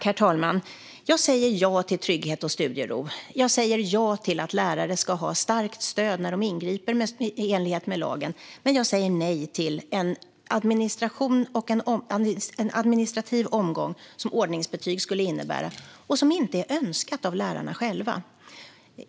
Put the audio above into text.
Herr talman! Jag säger ja till trygghet och studiero. Jag säger ja till att lärare ska ha ett starkt stöd när de ingriper i enlighet med lagen, men jag säger nej till den administrativa omgång som ordningsbetyg skulle innebära - och som inte är önskad av lärarna själva.